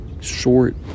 Short